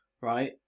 right